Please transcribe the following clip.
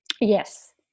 Yes